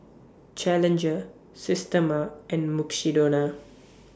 Challenger Systema and Mukshidonna